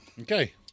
Okay